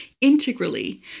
integrally